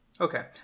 Okay